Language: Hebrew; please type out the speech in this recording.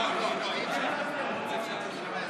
הוא ייתן לך.